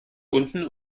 unten